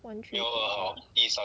one three